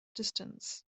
distance